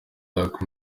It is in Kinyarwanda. black